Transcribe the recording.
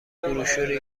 بروشوری